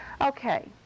okay